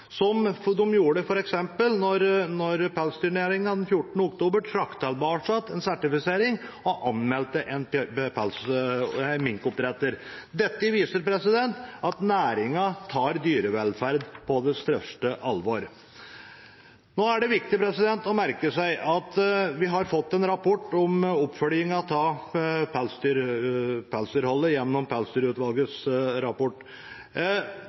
som de f.eks. gjorde da pelsdyrnæringen den 14. oktober trakk tilbake en sertifisering og anmeldte en minkoppdretter. Dette viser at næringen tar dyrevelferd på det største alvor. Nå er det viktig å merke seg at vi har fått en rapport om oppfølging av pelsdyrhold gjennom Pelsdyrutvalgets rapport.